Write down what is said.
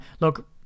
look